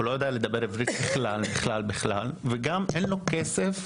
שלא יודע לדבר עברית בכלל ושגם אין לו כסף